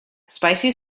spicy